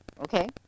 okay